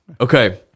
Okay